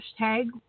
hashtag